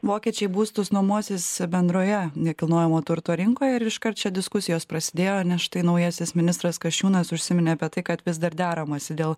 vokiečiai būstus nuomosis bendroje nekilnojamo turto rinkoje ir iškart čia diskusijos prasidėjo nes štai naujasis ministras kasčiūnas užsiminė apie tai kad vis dar deramasi dėl